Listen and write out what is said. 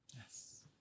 Yes